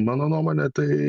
mano nuomone tai